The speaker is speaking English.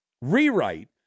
rewrite